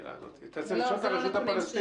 אתה צריך לשאול את הרשות הפלסטינית.